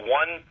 one